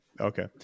Okay